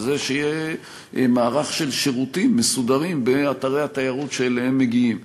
וזה שיהיה מערך של שירותים מסודרים באתרי התיירות שאליהם מגיעים.